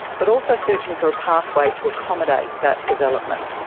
but also searching for a pathway to accommodate that development.